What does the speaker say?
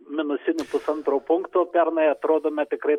minusinis pusantro punkto pernai atrodome tikrai